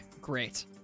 great